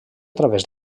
través